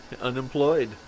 Unemployed